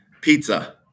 Pizza